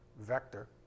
vector